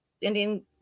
indian